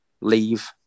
leave